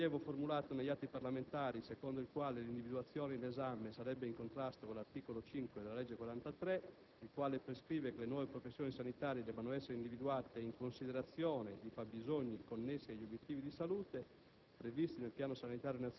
In merito al rilievo formulato negli atti parlamentari secondo il quale l'individuazione in esame sarebbe in contrasto con l'articolo 5 della legge n. 43 del 2006, il quale prescrive che le nuove professioni sanitarie debbano essere individuate in considerazione di fabbisogni connessi agli obiettivi di salute,